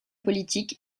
politiques